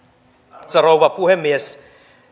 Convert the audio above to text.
arvoisa rouva puhemies